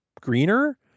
greener